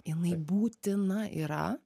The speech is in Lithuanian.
jinai būtina yra